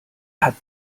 hat